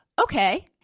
Okay